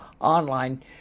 online